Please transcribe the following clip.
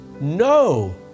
No